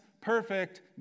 perfect